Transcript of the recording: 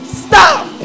stop